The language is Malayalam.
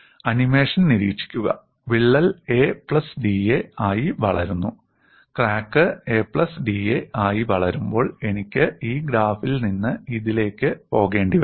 ആനിമേഷൻ നിരീക്ഷിക്കുക വിള്ളൽ 'a പ്ലസ് da' ആയി വളരുന്നു ക്രാക്ക് 'a പ്ലസ് da' ആയി വളരുമ്പോൾ എനിക്ക് ഈ ഗ്രാഫിൽ നിന്ന് ഇതിലേക്ക് പോകേണ്ടിവരും